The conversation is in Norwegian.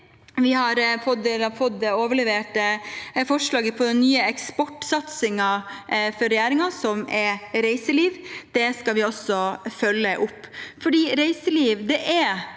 Vi har fått overlevert et forslag for den nye eksportsatsingen for regjeringen, som er reiseliv. Det skal vi også følge opp, for reiseliv er